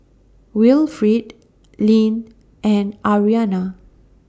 Wilfrid Lynn and Ariana